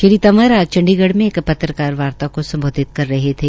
श्रीतंवर आज चंडीगढ़ में एक पत्रकार वार्ता को सम्बोधित कर रहे थे